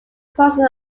crosses